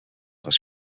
les